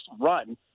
run